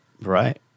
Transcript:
Right